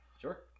Sure